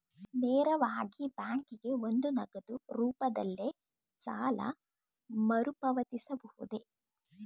ನೇರವಾಗಿ ಬ್ಯಾಂಕಿಗೆ ಬಂದು ನಗದು ರೂಪದಲ್ಲೇ ಸಾಲ ಮರುಪಾವತಿಸಬಹುದೇ?